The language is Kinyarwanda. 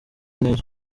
neza